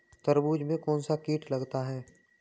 तरबूज में कौनसा कीट लगता है?